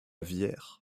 vierre